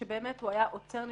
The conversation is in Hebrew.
שבאמת היה עוצר נשימה,